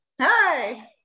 Hi